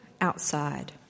outside